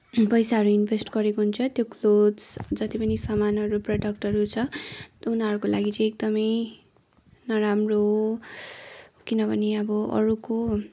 पैसाहरू इन्भेस्ट गरेको हुन्छ त्यो क्लोत्स जति पनि सामानहरू प्रडक्टहरू छ त्यो उनीहरूको लागि चाहिँ एकदमै नराम्रो हो किनभने अब अरूको